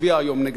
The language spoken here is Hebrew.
שיצביע היום נגדה.